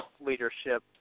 leadership